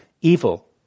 evil